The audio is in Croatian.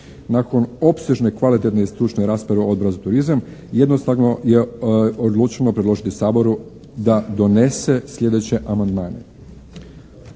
Nakon opsežne kvalitetne i stručne rasprave Odbora za turizam jednostavno je odlučeno predložiti Saboru da donese slijedeće amandmane.